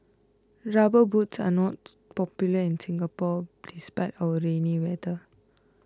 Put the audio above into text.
rubber boots are not popular in Singapore despite our rainy weather